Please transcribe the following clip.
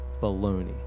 Baloney